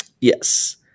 Yes